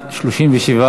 סעיפים 1 43 נתקבלו.